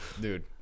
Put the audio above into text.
dude